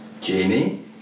Jamie